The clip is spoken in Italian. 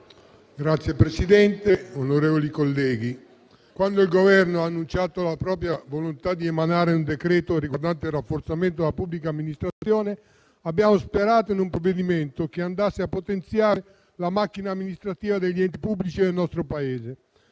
Signor Presidente, onorevoli colleghi, quando il Governo ha annunciato la propria volontà di emanare un decreto riguardante il rafforzamento della pubblica amministrazione, abbiamo sperato in un provvedimento che andasse a potenziare la macchina amministrativa degli enti pubblici del nostro Paese.